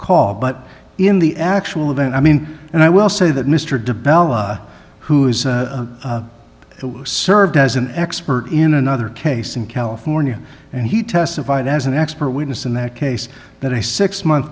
call but in the actual event i mean and i will say that mr de bella who is a served as an expert in another case in california and he testified as an expert witness in that case that i six month